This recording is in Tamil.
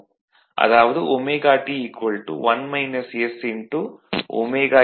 அதாவது ωT ωsT